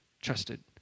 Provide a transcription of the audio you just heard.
trusted